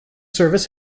service